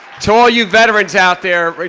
to all you veterans out there,